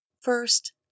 First